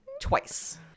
twice